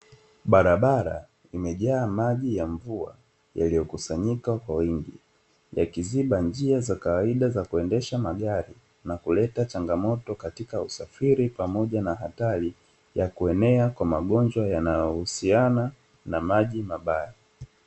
Barabara imejaa maji ya mvua yaliyokusanyika kwa wingi yakiziba njia za kawaida za kuendesha magari na kuleta changamoto katika usafiri pamoja na hatari ya kuenea kwa magonjwa, yanayohusiana na maji mabaya.